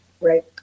Right